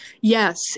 Yes